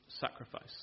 sacrifice